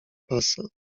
pasa